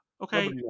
okay